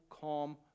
calm